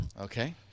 Okay